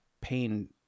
pain